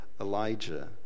Elijah